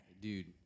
dude